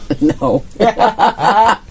No